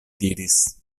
diris